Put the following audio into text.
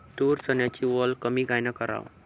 तूर, चन्याची वल कमी कायनं कराव?